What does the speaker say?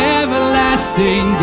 everlasting